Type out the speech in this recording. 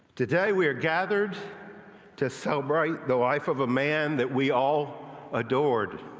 today we are gathered to celebrate the life of a man that we all adored.